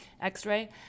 x-ray